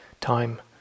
Time